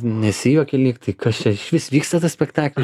nesijuokia lyg tai kas čia ar išvis vyksta tas spektaklis